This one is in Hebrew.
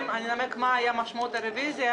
אני אנמק מה הייתה משמעות הרוויזיה,